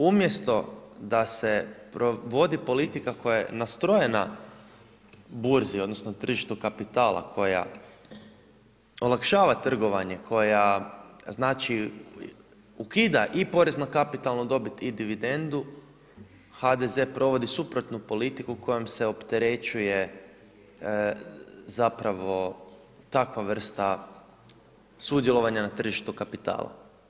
Umjesto da se vodi politika koja je nastrojena burzi odnosno tržištu kapitala koja olakšava trgovanje, koja ukida i porez na kapitalnu dobit i dividendu HDZ provodi suprotnu politiku kojom se opterećuje takva vrsta sudjelovanja na tržištu kapitala.